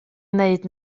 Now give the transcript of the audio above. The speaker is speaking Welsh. wneud